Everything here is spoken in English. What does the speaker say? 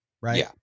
Right